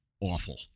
awful